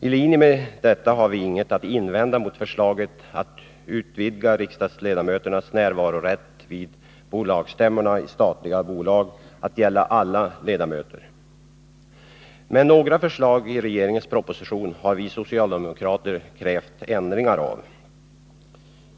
I linje med detta har vi inget att invända mot förslaget att utvidga riksdagsledamöternas rätt att närvara vid bolagsstämmorna i statliga bolag till att gälla alla ledamöter. Men i fråga om några förslag i regeringens proposition har vi socialdemokrater krävt ändringar.